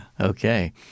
Okay